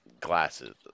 glasses